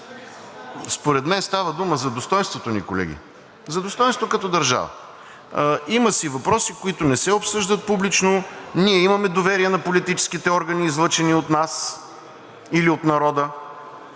Според мен става дума за достойнството ни, колеги, за достойнството ни като държава. Има си въпроси, които не се обсъждат публично, ние имаме доверие на политическите органи, излъчени от нас или от народа.